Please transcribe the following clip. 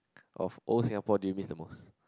of old Singapore did you miss the most